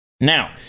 Now